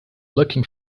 looking